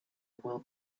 will